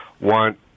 want